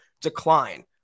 decline